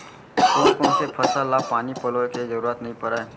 कोन कोन से फसल ला पानी पलोय के जरूरत नई परय?